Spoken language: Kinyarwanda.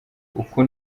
uko